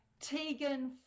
Tegan